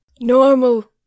Normal